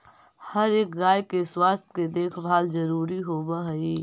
हर एक गाय के स्वास्थ्य के देखभाल जरूरी होब हई